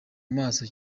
maso